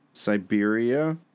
Siberia